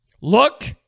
look